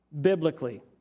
biblically